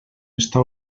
està